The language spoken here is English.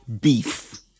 beef